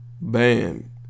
Bam